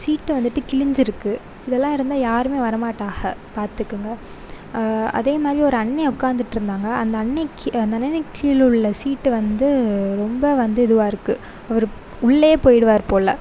சீட்ட வந்துட்டு கிழிஞ்சிருக்குது இதலாம் இருந்தால் யாருமே வர மாட்டாக பார்த்துக்குங்க அதேமாதிரி ஒரு அண்ணே உக்காந்துட்டு இருந்தாங்க அந்த அண்ணே அந்த அண்ணனுக்கு கீழே உள்ள சீட்டு வந்து ரொம்ப வந்து இதுவாக இருக்குது ஒரு உள்ளேயே போயிடுவாரு போல